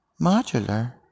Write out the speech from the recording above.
Modular